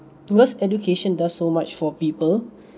because education does much for people